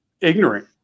ignorant